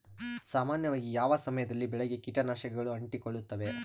ಸಾಮಾನ್ಯವಾಗಿ ಯಾವ ಸಮಯದಲ್ಲಿ ಬೆಳೆಗೆ ಕೇಟನಾಶಕಗಳು ಅಂಟಿಕೊಳ್ಳುತ್ತವೆ?